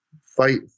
fight